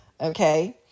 Okay